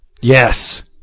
Yes